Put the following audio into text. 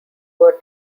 were